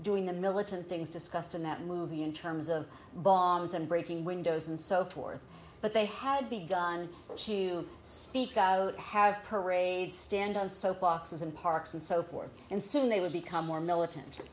doing the militant things discussed in that movie in terms of bombs and breaking windows and so forth but they had begun to speak out have parades stand on soap boxes and parks and so forth and soon they would become more militant